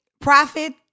profit